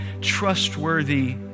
trustworthy